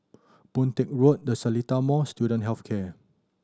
Boon Teck Road The Seletar Mall Student Health Care